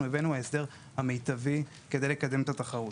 הבאנו הוא ההסדר המיטבי כדי לקדם את התחרות.